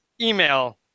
email